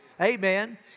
Amen